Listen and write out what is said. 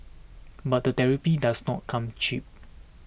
but the therapy does not come cheap